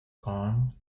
con